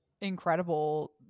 incredible